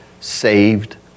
saved